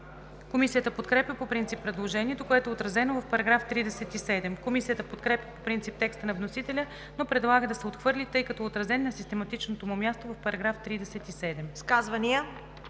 Комисията подкрепя по принцип предложението, което е отразено в § 37. Комисията подкрепя по принцип текста на вносителя, но предлага да се отхвърли, тъй като е отразен на систематичното му място в § 37.